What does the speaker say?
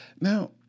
Now